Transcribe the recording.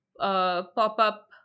pop-up